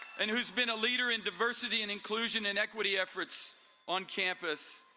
and who has been a leader in diversity, and inclusion, and equity efforts on campus.